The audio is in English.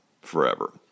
forever